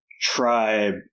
tribe